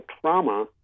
trauma